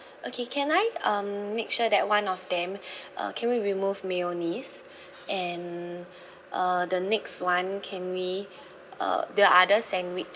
okay can I um make sure that one of them uh can we remove mayonnaise and uh the next [one] can we uh the other sandwich